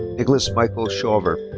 nicholas michael shawver.